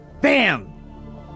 bam